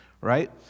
right